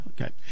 Okay